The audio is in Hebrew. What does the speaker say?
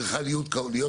צריכה להיות כמובן,